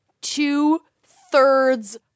two-thirds